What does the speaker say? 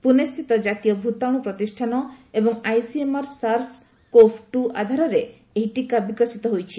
ପୁନେସ୍ଥିତ ଜାତୀୟ ଭୂତାଣୁ ପ୍ରତିଷାନ ଏବଂ ଆଇସିଏମ୍ଆର୍ ସାର୍ସ କୋଭ୍ଟୁ ଆଧାରରେ ଏହି ଟୀକା ବିକଶିତ କରିଛନ୍ତି